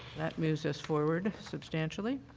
that moves us forward substantially.